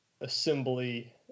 assembly